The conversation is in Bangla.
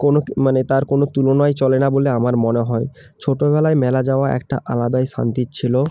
কোনো মানে তার কোনো তুলনাই চলে না বলে আমার মনে হয় ছোটোবেলায় মেলা যাওয়া একটা আলাদাই শান্তির ছিলো